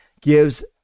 gives